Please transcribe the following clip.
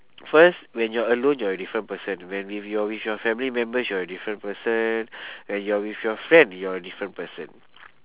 first when you're alone you're a different person when with your with your family members you are different person when you're with your friend you're a different person